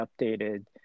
updated